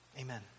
Amen